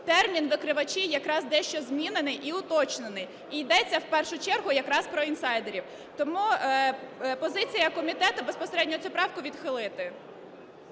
термін "викривачі" дещо змінений і уточнений, і йдеться в першу чергу якраз про інсайдерів. Тому позиція комітету - безпосередньо цю правку відхилити.